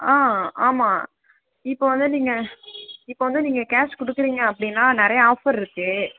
ஆ ஆமாம் இப்போது வந்து நீங்கள் இப்போது வந்து நீங்கள் கேஷ் கொடுக்குறீங்க அப்படின்னா நிறைய ஆஃபர் இருக்குது